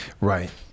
Right